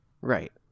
Right